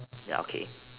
ya okay